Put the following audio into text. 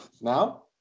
now